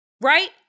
right